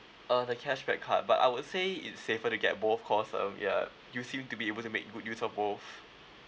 uh the cashback card but I would say it's safer to get both cause um ya you seem to be able to make good use of both